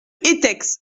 etex